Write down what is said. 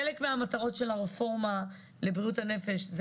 חלק מהמטרות של הרפורמה לבריאות הנפש זה